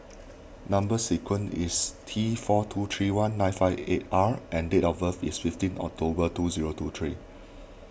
Number Sequence is T four two three one nine five eight R and date of birth is fifteen October two zero two three